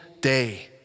day